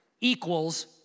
equals